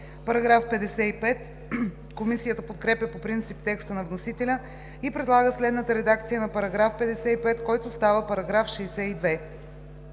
става § 61. Комисията подкрепя по принцип текста на вносителя и предлага следната редакция на § 55, който става § 62: „§ 62.